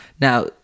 Now